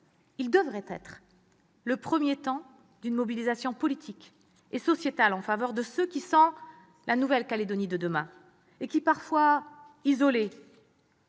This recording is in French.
et devraient -être le premier temps d'une mobilisation politique et sociétale en faveur de ceux qui sont la Nouvelle-Calédonie de demain et qui parfois, isolés,